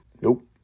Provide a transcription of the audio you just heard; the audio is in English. Nope